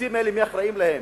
הקיצוצים האלה, מי אחראים להם,